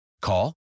Call